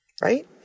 Right